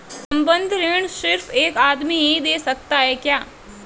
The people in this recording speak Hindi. संबंद्ध ऋण सिर्फ एक आदमी ही दे सकता है क्या?